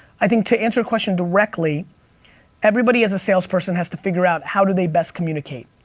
i think to answer question directly everybody as a salesperson has to figure out how to they best communicate.